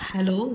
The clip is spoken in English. Hello